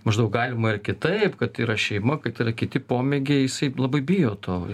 maždaug galima ir kitaip kad yra šeima kad yra kiti pomėgiai jisai labai bijo to